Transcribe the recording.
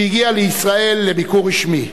שהגיעה לישראל לביקור רשמי.